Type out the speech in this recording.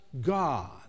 God